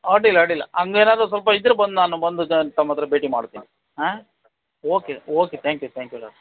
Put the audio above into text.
ಅಡ್ಡಿಲ್ಲ ಅಡ್ಡಿಲ್ಲ ಹಾಗೇನಾದರೂ ಸ್ವಲ್ಪ ಇದ್ದರೆ ಬಂದು ನಾನು ಬಂದು ತಮ್ಮ ಹತ್ರ ಭೇಟಿ ಮಾಡ್ತೀನಿ ಆಂ okay okay thank you thank you doctor